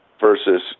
Versus